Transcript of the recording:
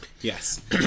Yes